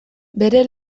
bere